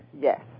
Yes